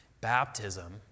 Baptism